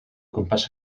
gwmpas